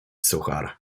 suchar